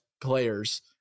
players